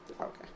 Okay